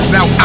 Now